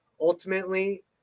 Ultimately